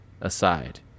aside